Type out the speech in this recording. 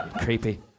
Creepy